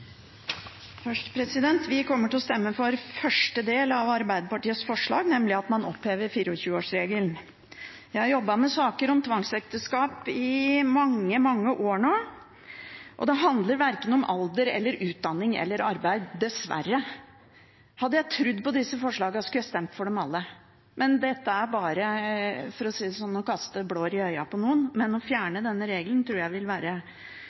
Først: Vi kommer til å stemme for det første forslaget fra Arbeiderpartiet, nemlig at man opphever 24-årsregelen. Jeg har jobbet med saker om tvangsekteskap i mange, mange år nå, og det handler verken om alder, om utdanning eller om arbeid – dessverre. Hadde jeg trodd på disse forslagene, skulle jeg stemt for dem alle, men dette er bare – for å si det sånn – å kaste blår i øynene i folk. Å fjerne denne regelen tror jeg vil være